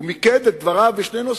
ושר האוצר מיקד את דבריו בשני נושאים: